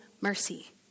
mercy